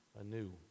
anew